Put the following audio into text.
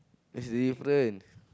is different